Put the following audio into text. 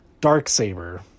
Darksaber